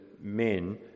men